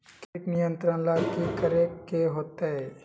किट नियंत्रण ला कि करे के होतइ?